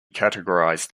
categorized